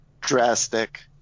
drastic